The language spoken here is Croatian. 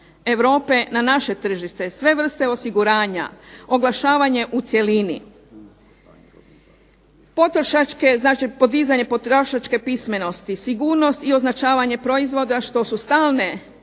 Europe na naše tržište, sve vrste osiguranja, oglašavanja u cjelini, podizanje potrošačke pismenosti, sigurnost i označavanja proizvoda što su stalne